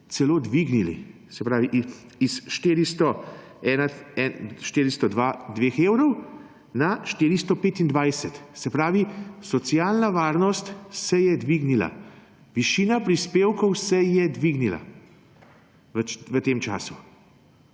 celo dvignili. Se pravi, s 402 evrov na 425. Se pravi, socialna varnost se je dvignila. Višina prispevkov se je dvignila v tem času,